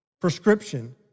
prescription